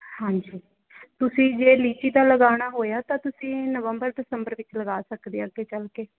ਹਾਂਜੀ ਤੁਸੀਂ ਜੇ ਲੀਚੀ ਦਾ ਲਗਾਉਣਾ ਹੋਇਆ ਤਾਂ ਤੁਸੀਂ ਨਵੰਬਰ ਦਸੰਬਰ ਵਿੱਚ ਲਗਾ ਸਕਦੇ ਹੋ ਅੱਗੇ ਚੱਲ ਕੇ